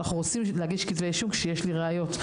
אנחנו רוצים להגיש כתבי אישום כשיש לי ראיות,